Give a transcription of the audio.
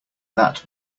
that